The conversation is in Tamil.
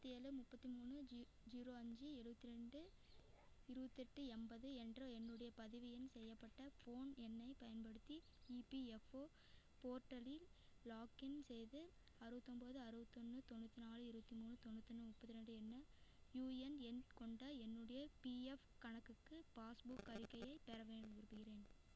எண்பத்தி ஏழு முப்பத்து மூணு ஜீ ஜீரோ அஞ்சு எழுவத்தி ரெண்டு இருபத்தெட்டு எண்பது என்று என்னுடைய பதிவு எண் செய்யப்பட்ட ஃபோன் எண்ணை பயன்படுத்தி இபிஎஃப்ஓ போரட்டலில் லாக்கின் செய்து அறுவத்தொம்பது அறுவத்தொன்று தொண்ணூற்றி நாலு இருபத்து மூணு தொண்ணூற்று முப்பது ரெண்டு என்ற யுஎன் எண் கொண்ட என்னுடைய பிஎஃப் கணக்குக்கு பாஸ் புக் அறிக்கையை பெறவேண்டும் விரும்புகிறேன்